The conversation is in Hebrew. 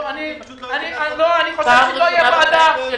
אם לא תהיה ישיבה,